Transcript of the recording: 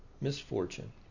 misfortune